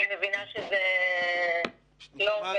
התחלתי